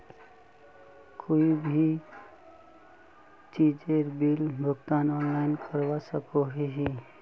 कोई भी चीजेर बिल भुगतान ऑनलाइन करवा सकोहो ही?